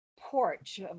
porch